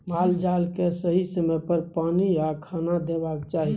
माल जाल केँ सही समय पर पानि आ खाना देबाक चाही